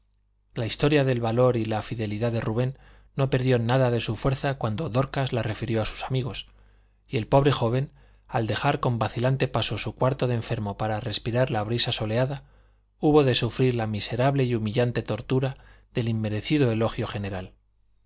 la historia del valor y la fidelidad de rubén no perdió nada de su fuerza cuando dorcas la refirió a sus amigos y el pobre joven al dejar con vacilante paso su cuarto de enfermo para respirar la brisa soleada hubo de sufrir la miserable y humillante tortura del inmerecido elogio general